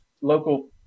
local